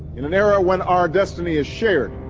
in an era when our destiny is shared,